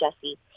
Jesse